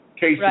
case